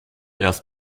erst